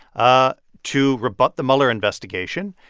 ah to rebut the mueller investigation.